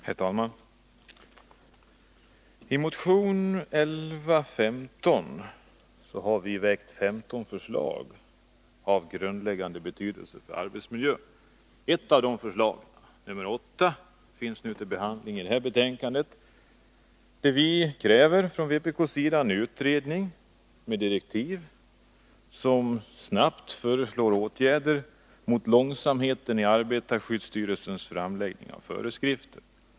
Herr talman! I motion 1115 har vi lagt fram 15 förslag av grundläggande betydelse för arbetsmiljön. Ett av dem, nr 8, behandlas i detta betänkande. Vpk kräver en utredning med direktiv att snabbt föreslå åtgärder mot långsamheten i arbetarskyddsstyrelsens framläggande av föreskrifter.